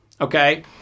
okay